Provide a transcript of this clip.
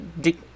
Dick